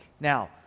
Now